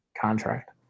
contract